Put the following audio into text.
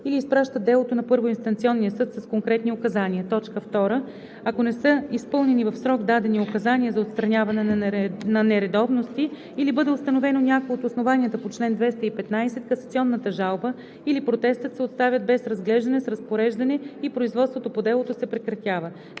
или изпращат делото на първоинстанционния съд с конкретни указания; 2. ако не са изпълнени в срок дадени указания за отстраняване на нередовности или бъде установено някое от основанията по чл. 215, касационната жалба или протестът се оставят без разглеждане с разпореждане и производството по делото се прекратява;